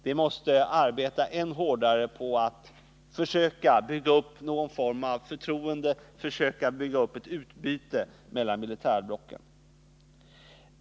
Vi måste arbeta än hårdare på att försöka bygga upp någon form av förtroende och skapa ett utbyte mellan militärblocken.